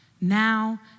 now